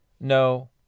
No